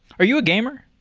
are you a gamer?